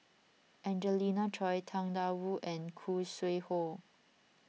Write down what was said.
Angelina Choy Tang Da Wu and Khoo Sui Hoe